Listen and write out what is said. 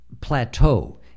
plateau